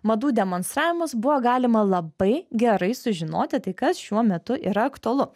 madų demonstravimus buvo galima labai gerai sužinoti tai kas šiuo metu yra aktualu